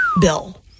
bill